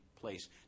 place